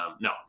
No